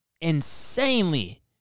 insanely